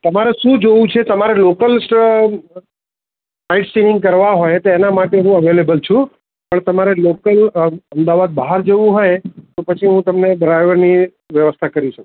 તમારે શું જોવું છે તમારે લોકલ્સ સાઇટ સિઇંગ કરવા હોય તો હું એના માટે હું અવેલેબલ છું પણ તમારે લોકલ અમદાવાદ બહાર જવું હોય તો પછી હું તમને ડ્રાઈવરની વ્યવસ્થા કરી શકું